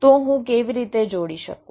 તો હું કેવી રીતે જોડી શકું